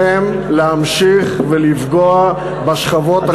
אל לכם להמשיך לפגוע בשכבות החלשות,